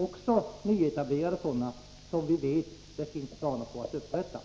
Det gäller också nyetablerade sådana, som vi vet att det finns planer på att upprätta.